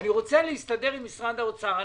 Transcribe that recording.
אני רוצה להסתדר עם משרד האוצר.